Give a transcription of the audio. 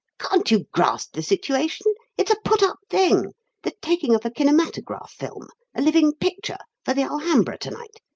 can't you grasp the situation? it's a put-up thing the taking of a kinematograph film a living picture for the alhambra to-night!